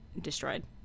destroyed